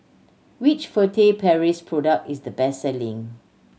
which Furtere Paris product is the best selling